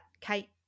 Kate